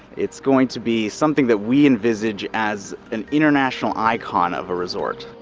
it's going to be something that we envisage as an international icon of a resort.